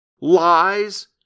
lies